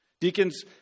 Deacons